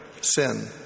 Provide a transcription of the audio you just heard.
sin